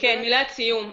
מילת סיום.